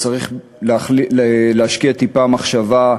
אז צריך להשקיע טיפה מחשבה,